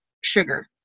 sugar